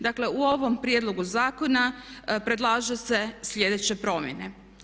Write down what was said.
Dakle u ovom prijedlogu zakona predlaže se sljedeće promjene.